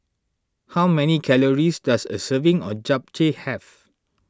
how many calories does a serving of Japchae have